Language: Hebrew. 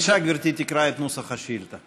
בבקשה, גברתי תקרא את נוסח השאילתה.